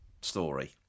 story